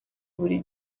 buri